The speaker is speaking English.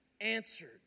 answered